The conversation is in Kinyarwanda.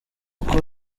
uko